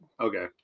Okay